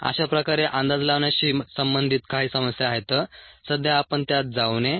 अशा प्रकारे अंदाज लावण्याशी संबंधित काही समस्या आहेत सध्या आपण त्यात जाऊ नये